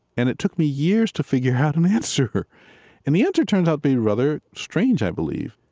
and it took me years to figure out an answer and the answer turns out being rather strange, i believe.